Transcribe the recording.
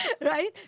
Right